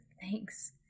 Thanks